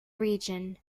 region